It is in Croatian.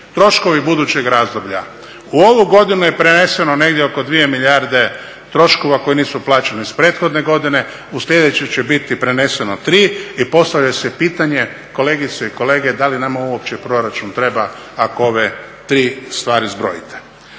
troškovi budućeg razdoblja, u ovu godinu je preneseno negdje oko 2 milijarde troškova koji nisu plaćeni iz prethodne godine u sljedećoj će biti preneseno tri i postavlja se pitanje kolegice i kolege da li nama uopće proračun treba ako ove tri stvari zbrojite.